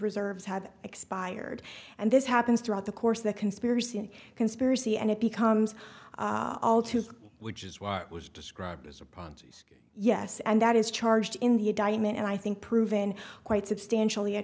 reserves have expired and this happens throughout the course of the conspiracy conspiracy and it becomes all too which is what was described as a properties yes and that is charged in the indictment and i think proven quite substantially a